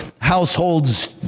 households